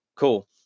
cool